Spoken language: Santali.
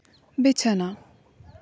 ᱵᱤᱪᱷᱱᱟᱹ